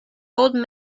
old